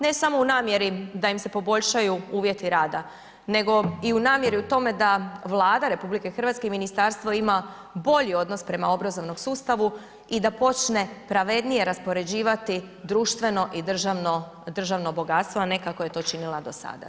Ne samo u namjeri da im se poboljšaju uvjeti rada, nego i u namjeri u tome da Vlada RH i ministarstvo ima bolji odnos prema obrazovnom sustavu i da počne pravednije raspoređivati društveno i državno, državno bogatstvo, a ne kako je to činila do sada.